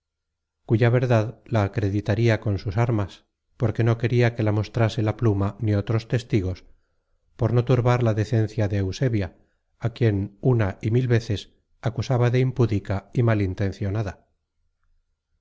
cuya verdad la acreditaria con sus armas porque no queria que la mostrase la pluma ni otros testigos por no turbar la decencia de eusebia á quien una y mil veces acusaba de impúdica y